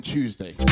Tuesday